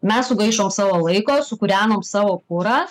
mes sugaišom savo laiko sukūrenom savo kurą